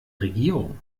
regierung